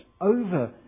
over